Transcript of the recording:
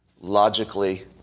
logically